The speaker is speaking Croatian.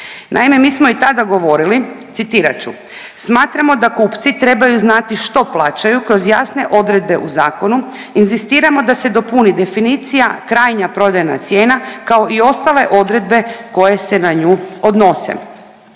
Naime, mi smo i tada govorili citirat ću „smatramo da kupci trebaju znati što plaćaju kroz jasne odredbe u zakonu, inzistiramo da se dopuni definicija krajnja prodajna cijena kao i ostale odredbe koje se na nju odnose“.